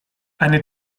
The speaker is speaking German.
eine